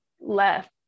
left